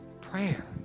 Prayer